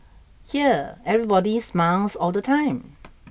here everybody smiles all the time